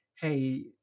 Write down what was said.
hey